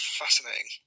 fascinating